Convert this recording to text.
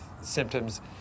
symptoms